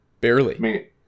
barely